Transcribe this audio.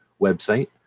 website